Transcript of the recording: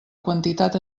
quantitat